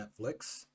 Netflix